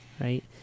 right